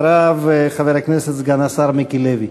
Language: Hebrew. אחריו, חבר הכנסת סגן השר מיקי לוי.